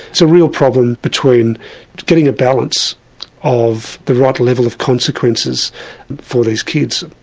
so real problem between getting a balance of the right level of consequences for these kids.